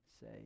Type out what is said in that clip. say